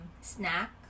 snack